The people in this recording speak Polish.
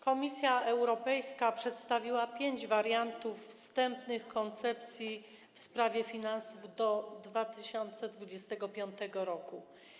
Komisja Europejska przedstawiła pięć wariantów wstępnych koncepcji w sprawie finansów do 2025 r.